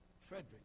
Frederick